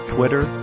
Twitter